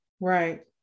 right